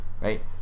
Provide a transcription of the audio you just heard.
right